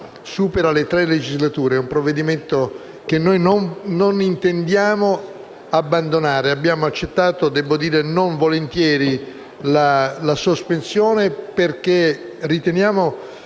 supera le tre legislature. È un provvedimento che non intendiamo abbandonare. Abbiamo accettato - debbo dire non volentieri - la sospensione, perché riteniamo